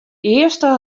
earste